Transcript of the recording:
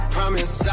Promise